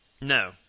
No